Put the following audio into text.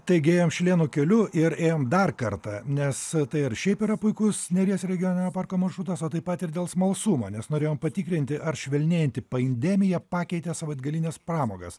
taigi ėjom šilėnų keliu ir ėjom dar kartą nes tai ir šiaip yra puikus neries regioninio parko maršrutas o taip pat ir dėl smalsumo nes norėjom patikrinti ar švelnėjanti pandemija pakeitė savaitgalines pramogas